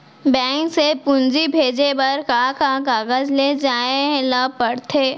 Bank से पूंजी भेजे बर का का कागज ले जाये ल पड़थे?